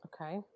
Okay